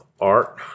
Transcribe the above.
art